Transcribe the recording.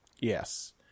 Yes